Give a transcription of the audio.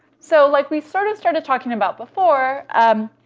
so like we sort of started talking about before, um,